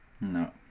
no